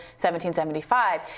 1775